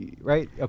right